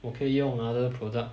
我可以用 other product